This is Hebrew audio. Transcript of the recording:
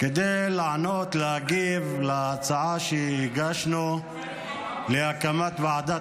כדי לענות ולהגיב להצעה שהגשנו להקמת ועדת